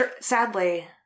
Sadly